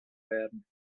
werden